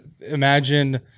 imagine